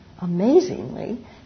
amazingly